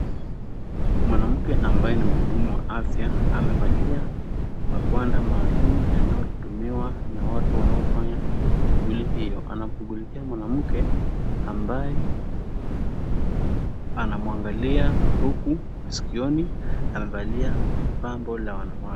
Mwanamke ambaye ni mhudumu wa afya amevalia magwanda maalum yanayotumiwa na watu wanaofanya shughuli hiyo. Anamshughulikia mwanamke ambaye anamwangalia huku sikioni amevalia pambo la wanawake.